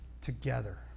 together